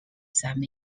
some